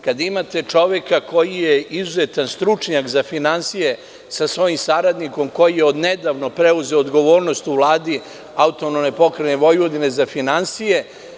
Kada imate čoveka koji je izuzetan stručnjak za finansije sa svojim saradnikom koji od nedavno preuzeo odgovornost u Vladi AP Vojvodine za finansije.